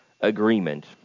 agreement